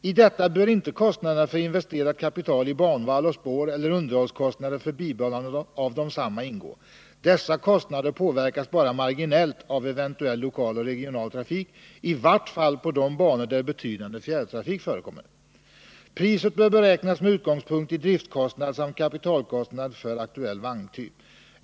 I detta bör inte kostnaderna för investerat kapital i banvall och spår eller underhållskostnader för bibehållande av desamma ingå. Dessa kostnader påverkas bara marginellt av eventuell lokal och regional trafik, i vart fall på banor där betydande fjärrtrafik förekommer. Priset bör beräknas med utgångspunkt i driftkostnad samt kapitalkostnad etc. för aktuell vagntyp.